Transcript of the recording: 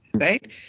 Right